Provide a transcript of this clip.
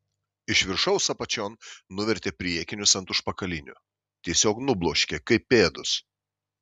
iš viršaus apačion nuvertė priekinius ant užpakalinių tiesiog nubloškė kaip pėdus